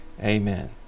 Amen